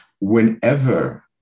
whenever